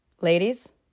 Ladies